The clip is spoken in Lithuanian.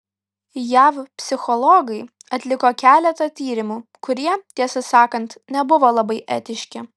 jav psichologai atliko keletą tyrimų kurie tiesą sakant nebuvo labai etiški